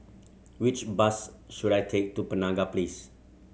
which bus should I take to Penaga Place